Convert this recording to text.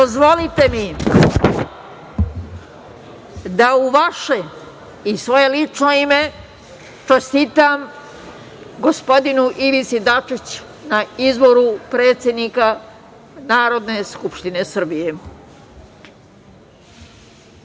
Dačića. Dozvolite mi da, u vaše i u svoje lično ime, čestitam gospodinu Ivici Dačiću na izboru za predsednika Narodne skupštine Srbije,